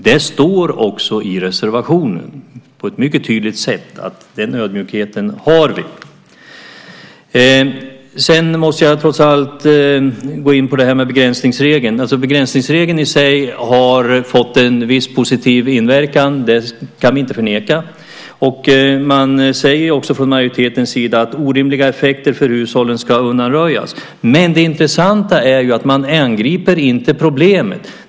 Det står också i reservationen på ett mycket tydligt sätt att vi har den ödmjukheten. Sedan måste jag trots allt gå in på det här med begränsningsregeln. Begränsningsregeln har i sig fått en viss positiv inverkan. Det kan vi inte förneka. Man säger också från majoritetens sida att orimliga effekter för hushållen ska undanröjas. Men det intressanta är att man inte angriper problemet.